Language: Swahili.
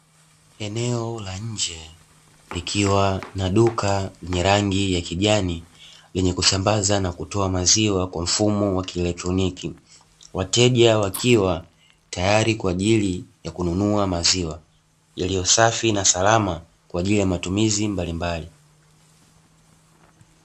Eneo la nje likiwa na duka yenye rangi ya kijani, yenye kusambaza na kutoa maziwa kwa mfumo wa kieletroniki, wateja wakiwa tayari kwa ajili ya kununua maziwa, yaliyo safi na salama kwa ajili ya matumizi mbalimbali.